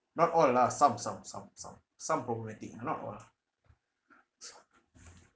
not all lah some some some some some problematic not all